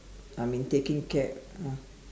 I mean taking care ah